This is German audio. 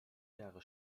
jahre